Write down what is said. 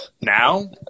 Now